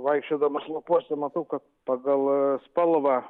vaikščiodamas laukuose matau kad pagal spalvą